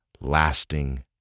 lasting